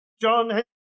John